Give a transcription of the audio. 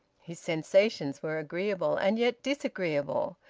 his sensations were agreeable and yet disagreeable,